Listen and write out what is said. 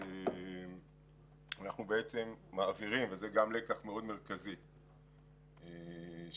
אנחנו מעבירים לשרים וזה גם לקח מרכזי של